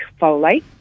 folate